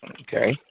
Okay